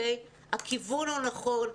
הכיוון הוא נכון,